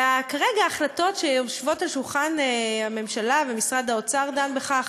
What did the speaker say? כרגע ההחלטות שיושבות על שולחן הממשלה ומשרד האוצר שדן בכך